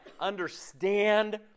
understand